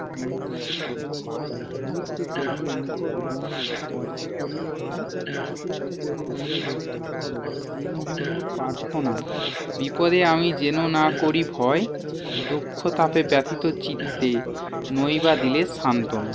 যেন সদা পাই দূরকে করিলে নিকট বন্ধু পরকে করিলে ভাই বিপদে মোরে রক্ষা করো এ নহে মোর প্রার্থনা বিপদে আমি যেন না করি ভয় দুঃখ তাপে ব্যথিত চিতে নাই বা দিলে সান্ত্বনা